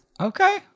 Okay